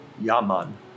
Yaman